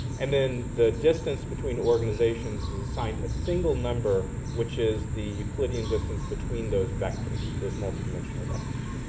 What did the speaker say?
and then the distance between organizations assigned a single number which is the euclidean distance between those vectors, those multidimensional vectors.